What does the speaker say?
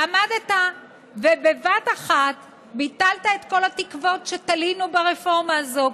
עמדת ובבת אחת ביטלת את כל התקוות שתלינו ברפורמה הזו.